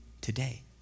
today